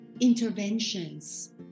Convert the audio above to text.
interventions